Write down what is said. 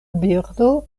birdo